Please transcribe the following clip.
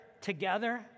together